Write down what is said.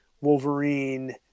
Wolverine